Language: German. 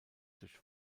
durch